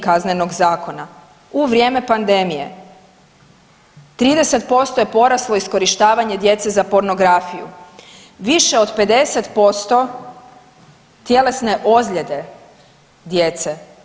Kaznenog zakona, u vrijeme pandemije 30% je poraslo iskorištavanje djece za pornografiju, više od 50% tjelesne ozljede djece.